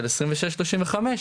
של עשרים ושש-שלושים וחמש,